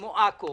כמו עכו